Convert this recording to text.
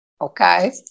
okay